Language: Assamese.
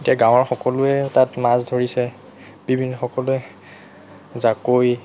এতিয়া গাঁৱৰ সকলোৱে তাত মাছ ধৰিছে বিভিন সকলোৱে জাকৈ